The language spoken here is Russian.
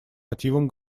мотивам